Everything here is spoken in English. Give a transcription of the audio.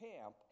camp